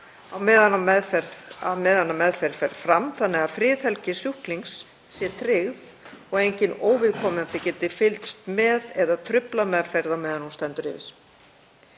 meðan meðferð fer fram þannig að friðhelgi sjúklings sé tryggð og enginn óviðkomandi geti fylgst með eða truflað meðferð á meðan hún stendur yfir.